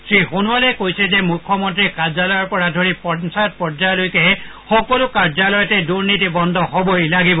শ্ৰীসোনোৱালে কৈছে মুখ্যমন্ত্ৰী কাৰ্যালয়ৰ পৰা ধৰি পঞ্চায়ত পৰ্যায়লৈকে সকলো কাৰ্যালয়তে দুনীতি বন্ধ হবই লাগিব